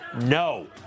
No